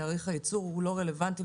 תאריך הייצור הוא לא רלוונטי,